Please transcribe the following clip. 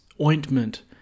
ointment